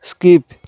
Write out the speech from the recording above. skip